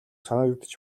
санагдаж